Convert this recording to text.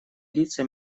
лица